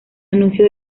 anuncio